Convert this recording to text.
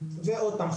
ועוד פעם,